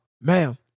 Ma'am